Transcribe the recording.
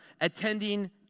attending